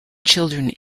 children